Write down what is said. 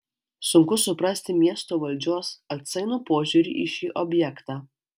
sunku suprasti miesto valdžios atsainų požiūrį į šį objektą